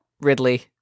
Ridley